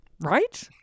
Right